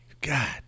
God